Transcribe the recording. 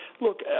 Look